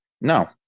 No